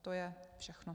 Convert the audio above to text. To je všechno.